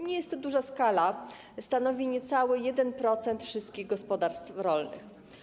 Nie jest to duża skala - stanowi to niecały 1% wszystkich gospodarstw rolnych.